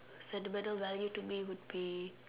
sentimental value to me would be